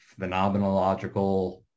phenomenological